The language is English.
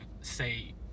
say